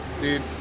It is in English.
Dude